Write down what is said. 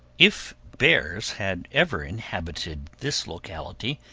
if bears had ever inhabited this locality,